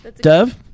Dove